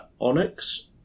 Onyx